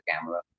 camera